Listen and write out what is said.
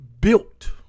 built